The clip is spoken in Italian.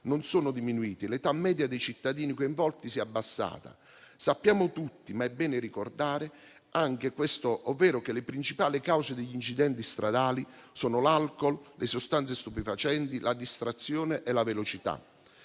non sono diminuiti. L'età media dei cittadini coinvolti si è abbassata e sappiamo tutti - ma è bene ricordare - anche questo, ovvero che le principali cause degli incidenti stradali sono l'alcol, le sostanze stupefacenti, la distrazione e la velocità.